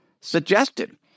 suggested